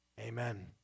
Amen